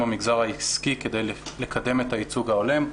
המגזר העסקי כדי לקדם את הייצוג ההולם,